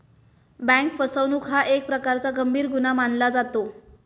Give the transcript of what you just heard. bank फसवणूक हा एक प्रकारचा गंभीर गुन्हा मानला जातो